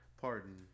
Pardon